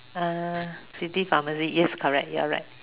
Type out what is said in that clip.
city pharmacy yes correct you're right